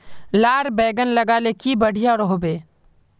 लार बैगन लगाले की बढ़िया रोहबे?